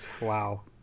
Wow